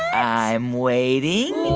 i'm waiting